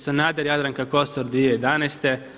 Sanader, Jadranka Kosor 2011.